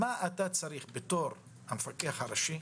מה אתה צריך בתור המפקח הראשי